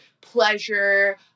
pleasure